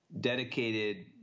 dedicated